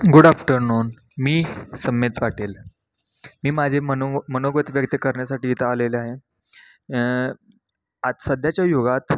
good afternoon मी सम्मेत पाटील मी माझे मनो मनोगत व्यक्ती करण्यासाठी इथं आलेलो आहे आज सध्याच्या युगात